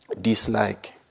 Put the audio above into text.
dislike